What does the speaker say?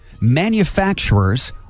manufacturers